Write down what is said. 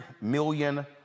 million